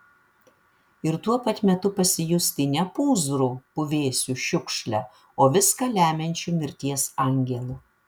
ir tuo pat metu pasijusti ne pūzru puvėsiu šiukšle o viską lemiančiu mirties angelu